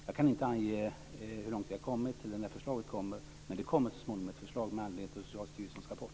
Jag kan inte ange hur långt vi har kommit eller när förslaget kommer, men det kommer så småningom ett förslag med anledning av Socialstyrelsens rapport.